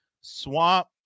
Swamp